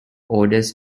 orders